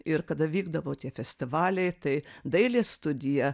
ir kada vykdavo tie festivaliai tai dailės studija